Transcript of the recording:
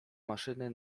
maszyny